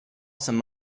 some